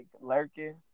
lurking